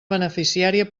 beneficiària